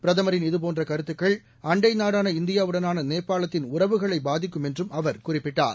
பிரதமரின் இதுபோன்ற கருத்துக்கள் அண்டை நாடான இந்தியாவுடனான நேபாளத்தின் உறவுகளை பாதிக்கும் என்றும் அவர் குறிப்பிட்டார்